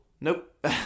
Nope